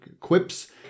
quips